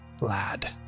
lad